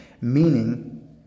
meaning